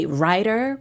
writer